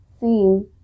seem